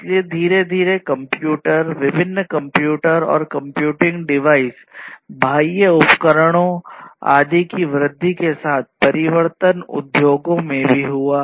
इसलिए धीरे धीरे कंप्यूटर विभिन्न कंप्यूटर और कंप्यूटिंग डिवाइस बाह्य उपकरणों आदि की वृद्धि के साथ परिवर्तन उद्योगों में भी हुआ